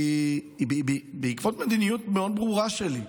שבאה בעקבות מדיניות מאוד ברורה שלי,